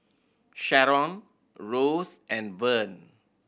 Sheron Rose and Vern